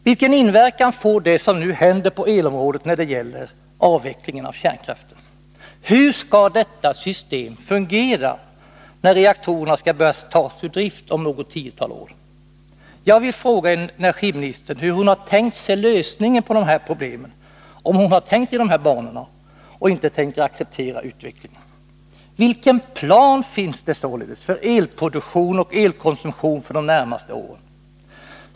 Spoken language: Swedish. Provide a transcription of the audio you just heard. Vilken inverkan får det som händer på elområdet när det gäller avvecklingen av kärnkraften? Hur skall detta system fungera när reaktorerna om något tiotal år skall börja tas ur drift? Jag vill fråga energiministern hur hon har tänkt sig lösningen på de här problemen och om hon har tänkt i de här banorna och inte tänker acceptera utvecklingen? Vilken plan finns det således för elproduktion och elkonsumtion för de närmaste åren?